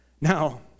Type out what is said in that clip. Now